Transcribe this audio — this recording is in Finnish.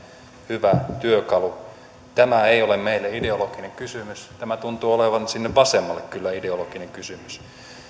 hyvä työkalu tämä ei ole meille ideologinen kysymys tämä tuntuu olevan sinne vasemmalle kyllä ideologinen kysymys